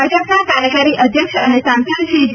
ભાજપના કાર્યકારી અધ્યક્ષ અને સાંસદ શ્રી જે